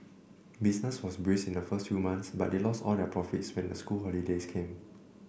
business was brisk in the first few months but they lost all their profits when the school holidays came